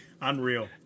Unreal